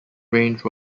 range